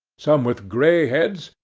some with grey heads,